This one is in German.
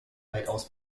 weitaus